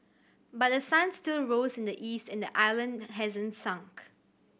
but the sun still rose in the east and the island hasn't sunk